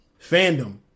Fandom